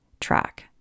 track